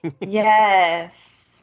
Yes